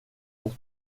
pour